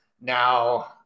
now